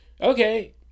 okay